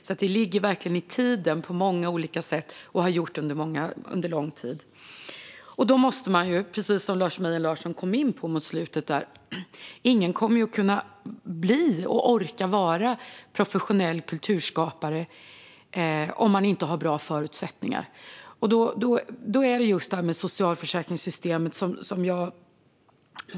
Detta ligger verkligen i tiden på många olika sätt och har gjort det under lång tid. Precis som Lars Mejern Larsson kom in på i slutet kommer ingen att kunna bli eller orka vara professionell kulturskapare om man inte har bra förutsättningar. Jag vill verkligen trycka på socialförsäkringssystemet här.